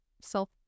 self